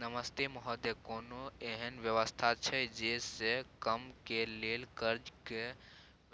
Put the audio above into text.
नमस्ते महोदय, कोनो एहन व्यवस्था छै जे से कम के लेल कर्ज के